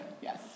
Yes